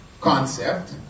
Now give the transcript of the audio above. concept